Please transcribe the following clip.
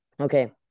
Okay